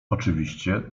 oczywiście